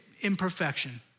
imperfection